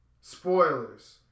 Spoilers